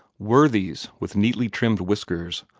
worthies with neatly trimmed whiskers,